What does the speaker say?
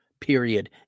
Period